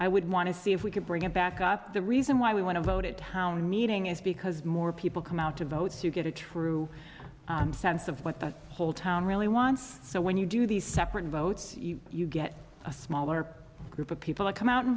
i would want to see if we could bring it back up the reason why we want to vote it town meeting is because more people come out to vote so you get a true sense of what the whole town really wants so when you do these separate votes you get a smaller group of people to come out and